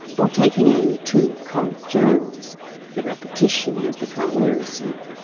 or taking in two comic journals the repetition would become wearisome.